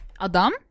adam